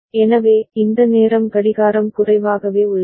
எனவே இந்த நேரம் கடிகாரம் குறைவாகவே உள்ளது